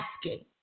asking